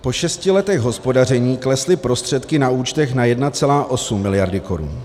Po šesti letech hospodaření klesly prostředky na účtech na 1,8 mld. korun.